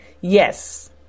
Yes